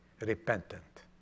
Repentant